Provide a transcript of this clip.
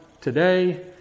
today